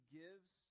gives